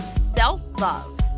self-love